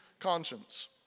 Conscience